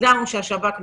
הגדרנו שהשב"כ נכנס.